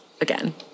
again